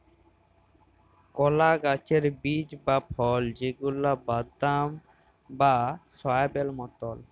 কলা গাহাচের বীজ বা ফল যেগলা বাদাম বা সয়াবেল মতল